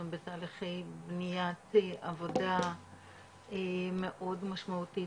אנחנו בתהליכי בניית עבודה מאוד משמעותית